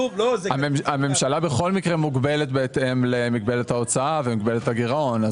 הממשלה מוגבלת בהתאם למגבלת ההוצאה ומגבלת הגירעון.